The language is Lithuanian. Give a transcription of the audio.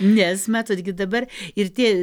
nes matot gi dabar ir tie